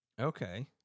Okay